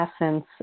essence